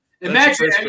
Imagine